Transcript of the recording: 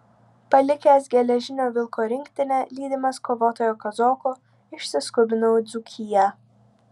palikęs geležinio vilko rinktinę lydimas kovotojo kazoko išsiskubinau į dzūkiją